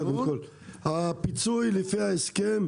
הפיצוי לפי ההסכם,